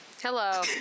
Hello